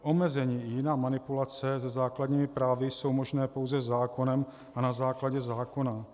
Omezení i jiná manipulace se základními právy jsou možné pouze se zákonem a na základě zákona.